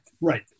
Right